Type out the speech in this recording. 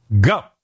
go